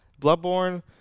Bloodborne